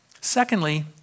Secondly